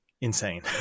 insane